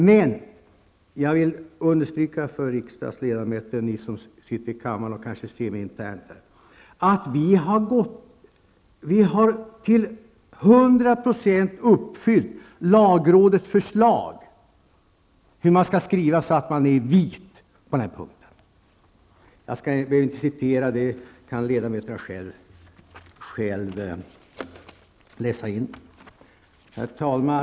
Men jag vill understryka för riksdagens ledamöter, ni som sitter i kammaren och ni som kanske tittar på intern-TV, att vi har till 100 % uppfyllt lagrådets förslag till hur skrivningen skall se ut så att man är ''vit'' på den punkten. Jag skall inte citera. Det här kan ledamöterna själv läsa. Herr talman!